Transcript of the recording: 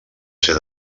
ser